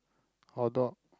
hot dog